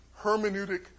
hermeneutic